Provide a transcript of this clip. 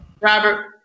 Robert